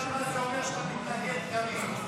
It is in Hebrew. אתה יודע מה זה אומר שאתה מתנגד, קריב?